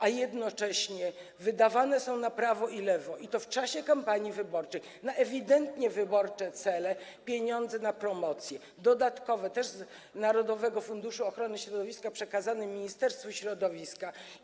A jednocześnie wydawane są na prawo i na lewo, i to w czasie kampanii wyborczej, na ewidentnie wyborcze cele pieniądze na promocję, dodatkowe, też z narodowego funduszu ochrony środowiska przekazywane Ministerstwu Środowiska.